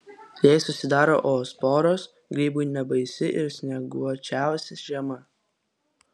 jei susidaro oosporos grybui nebaisi ir snieguočiausia žiema